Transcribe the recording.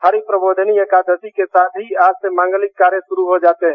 हरि प्रबोधिनी एकादशी के साथ ही आज से मांगलिक कार्य शुरू हो जाते हैं